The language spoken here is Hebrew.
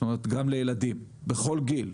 זאת אומרת גם לילדים, בכל גיל.